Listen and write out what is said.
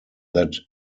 that